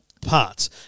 parts